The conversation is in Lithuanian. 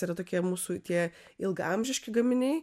tai yra tokia mūsų tie ilgaamžiški gaminiai